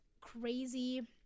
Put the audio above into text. crazy